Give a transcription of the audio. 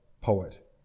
poet